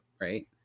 right